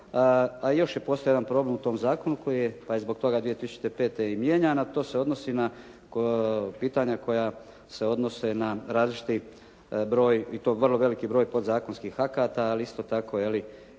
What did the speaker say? A još je postojao jedan problem u tom zakonu koji je, pa je zbog toga 2005. i mijenjano. To se odnosi na pitanja koja se odnose na različiti broj i to vrlo veliki broj podzakonskih akata ali isto tako je li i svega